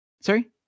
Sorry